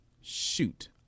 Shoot